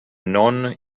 non